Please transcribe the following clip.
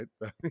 right